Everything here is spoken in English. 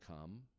come